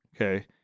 Okay